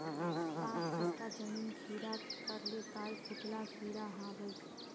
पाँच कट्ठा जमीन खीरा करले काई कुंटल खीरा हाँ बई?